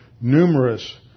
numerous